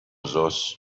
those